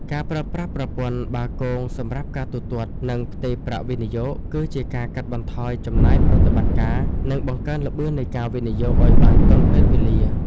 ការប្រើប្រាស់ប្រព័ន្ធបាគងសម្រាប់ការទូទាត់ និងផ្ទេរប្រាក់វិនិយោគ គឺជាការកាត់បន្ថយចំណាយប្រតិបត្តិការ និងបង្កើនល្បឿននៃការវិនិយោគឱ្យបានទាន់ពេលវេលា។